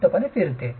मुक्तपणे फिरते